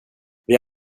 vid